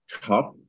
tough